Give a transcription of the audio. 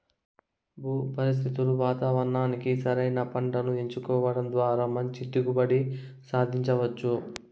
భూ పరిస్థితులు వాతావరణానికి సరైన పంటను ఎంచుకోవడం ద్వారా మంచి దిగుబడిని సాధించవచ్చు